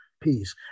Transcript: peace